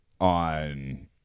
on